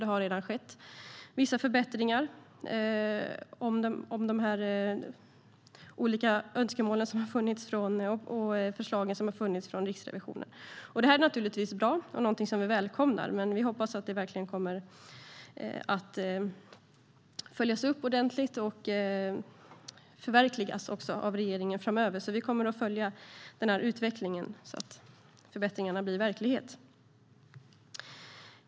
Det har redan skett vissa förbättringar med anledning av de olika önskemål och förslag som funnits från Riksrevisionen. Det här är naturligtvis bra och någonting vi välkomnar, och vi hoppas att det verkligen kommer att följas upp ordentligt och förverkligas av regeringen framöver. Vi kommer att följa den här utvecklingen, så att förbättringarna blir verklighet.